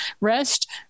rest